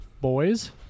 Boys